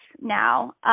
now